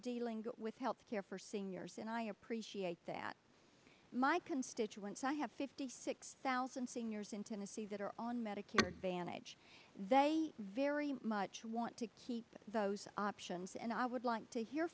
dealing with health care for seniors and i appreciate that my constituents i have fifty six thousand seniors in tennessee that are on medicare advantage they very much want to keep those options and i would like to hear